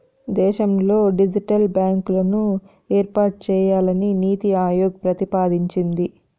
దేశంలో డిజిటల్ బ్యాంకులను ఏర్పాటు చేయాలని నీతి ఆయోగ్ ప్రతిపాదించింది